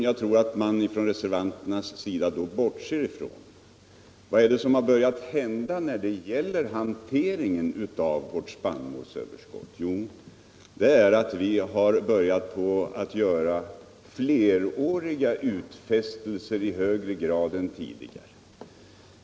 Jag tror att reservanterna då bortser ifrån en sak. Vad är det som börjat hända när det gäller hanteringen av vårt spannmålsöverskott? Jo, vi har börjat göra fleråriga utfästelser i högre grad än tidigare.